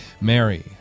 Mary